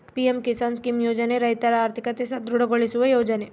PM Kisan scheme ಯೋಜನೆ ರೈತರ ಆರ್ಥಿಕತೆ ಸದೃಢ ಗೊಳಿಸುವ ಯೋಜನೆ